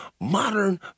modern